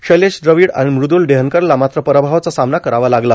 शैलेश द्रविड आणि मृदुल डेहनकरला मात्र पराभवाचा सामना करावा लागला